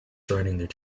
surrounding